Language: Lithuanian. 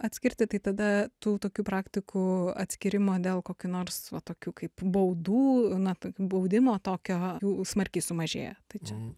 atskirti tai tada tų tokių praktikų atskyrimo dėl kokių nors va tokių kaip baudų na baudimo tokio jų smarkiai sumažėjo tai čia